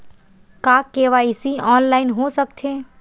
का KYC online हो सकथे?